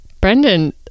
Brendan